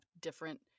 different